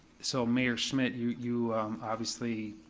so mayor schmitt, you you obviously,